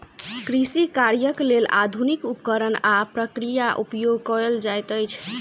कृषि कार्यक लेल आधुनिक उपकरण आ प्रक्रिया उपयोग कयल जाइत अछि